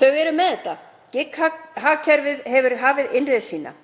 Þau eru með þetta. Gigg-hagkerfið hefur hafið innreið sína.